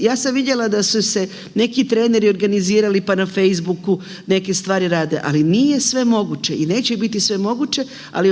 Ja sam vidjela da su se neki treneri organizirali pa na facebooku neke stvari rade, ali nije sve moguće i neće biti sve moguće. Ali očekujem taj